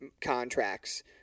contracts